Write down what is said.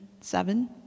Seven